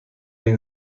این